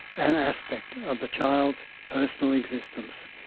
an aspect of the child's personal existence.